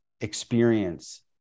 experience